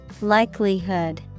Likelihood